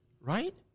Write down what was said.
right